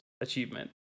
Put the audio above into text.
achievement